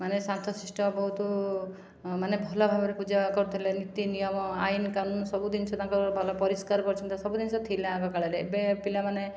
ମାନେ ଶାନ୍ତ ଶିଷ୍ଟ ବହୁତ ମାନେ ଭଲ ଭାବରେ ପୂଜା କରୁଥିଲେ ନୀତି ନିୟମ ଆଇନ କାନୁନ ସବୁ ଜିନିଷ ତାଙ୍କର ଭଲ ପରିଷ୍କାର ପରିଚ୍ଛନ୍ନ ସବୁ ଜିନିଷ ଥିଲା ଆଗ କାଳରେ ଏବେ ପିଲାମାନେ